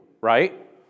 right